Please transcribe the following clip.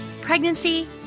pregnancy